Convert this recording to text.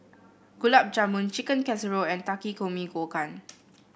Gulab Jamun Chicken Casserole and Takikomi Gohan